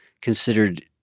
considered